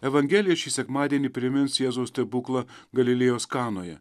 evangelija šį sekmadienį primins jėzaus stebuklą galilėjos kanoje